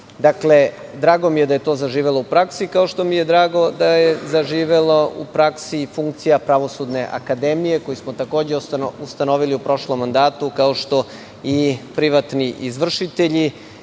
Drago mi je da je to zaživelo u praksi, kao što mi je drago da je zaživela u praksi i funkcija Pravosudne akademije, koju smo takođe ustanovili u prošlom mandatu, kao što i privatni izvršitelji